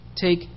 Take